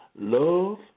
love